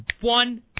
one